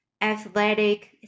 athletic